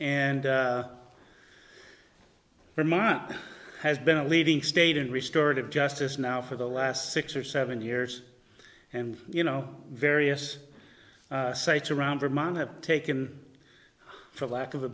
and vermont has been a leading state and restored of justice now for the last six or seven years and you know various sites around vermont have taken for lack of a